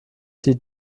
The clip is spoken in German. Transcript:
die